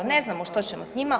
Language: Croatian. Ne znamo što ćemo s njima.